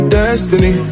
destiny